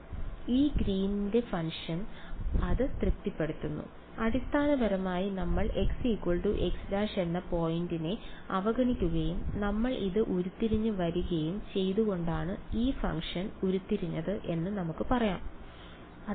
അതിനാൽ ഈ ഗ്രീനിന്റെ ഫംഗ്ഷൻ Green's funciton അത് തൃപ്തിപ്പെടുത്തുന്നു അടിസ്ഥാനപരമായി നമ്മൾ x x′ എന്ന പോയിന്റിനെ അവഗണിക്കുകയും നമ്മൾ ഇത് ഉരുത്തിരിഞ്ഞ് വരികയും ചെയ്തുകൊണ്ടാണ് ഈ ഫംഗ്ഷൻ ഉരുത്തിരിഞ്ഞത് എന്ന് നമുക്ക് പറയാമോ